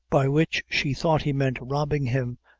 by which she thought he meant robbing him,